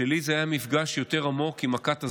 לי זה היה מפגש יותר עמוק עם הכת הזאת,